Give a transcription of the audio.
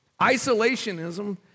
Isolationism